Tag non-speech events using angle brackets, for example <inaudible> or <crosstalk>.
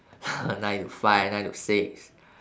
<laughs> nine to five nine to six <breath>